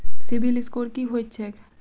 CIBIL score की होइत छैक?